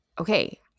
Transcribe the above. okay